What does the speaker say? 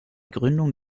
gründung